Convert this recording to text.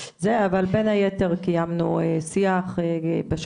ויכול להיות שזה יהיה כמו בתהליך הקודם שעשינו,